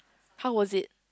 how was it